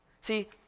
See